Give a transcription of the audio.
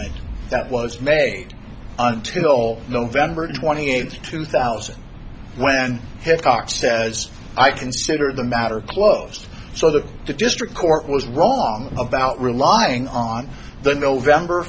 that was made until november twenty eighth two thousand when hitchcock says i consider the matter closed so that the district court was wrong about relying on the november